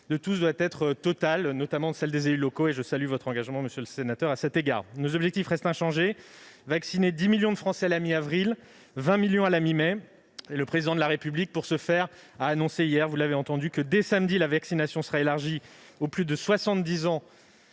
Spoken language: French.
de tous doit être totale, notamment celle des élus locaux. Je salue d'ailleurs votre engagement, monsieur le sénateur, à cet égard. Nos objectifs restent inchangés : vacciner 10 millions de Français à la mi-avril et 20 millions à la mi-mai. Le Président de la République, pour ce faire, a annoncé hier, vous l'avez entendu, que dès samedi prochain la vaccination sera élargie aux plus de 70 ans